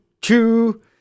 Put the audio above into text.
two